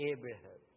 Abraham